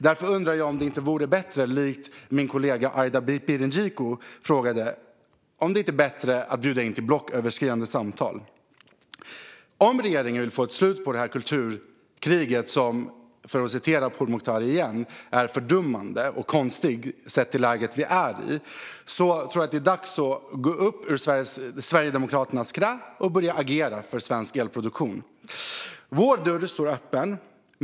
Därför undrar jag om det inte vore bättre att, som min kollega Aida Birinxhiku frågade, bjuda in till blocköverskridande samtal. Om regeringen vill få ett slut på detta kulturkrig som, enligt Pourmokhtari, är fördummande och konstigt sett till det läge vi är i, tror jag att det är dags att gå upp ur Sverigedemokraternas knä och börja agera för svensk elproduktion. Vår dörr står öppen.